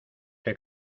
que